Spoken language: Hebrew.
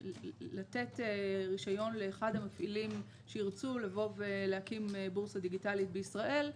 לתת רישיון לאחד המפעילים שירצו לבוא ולהקים בורסה דיגיטלית בישראל.